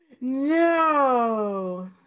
No